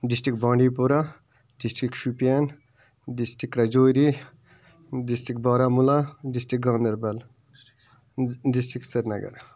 district Bandipora district Shopian district Rajouri district Baramulla district Ganderbal district Srinagar